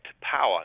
power